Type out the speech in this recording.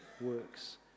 works